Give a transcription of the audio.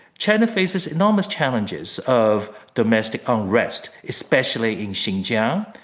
china faces enormous challenges of domestic unrest, especially in xinjiang,